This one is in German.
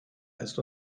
ist